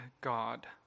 God